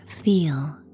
feel